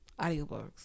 audiobooks